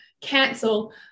cancel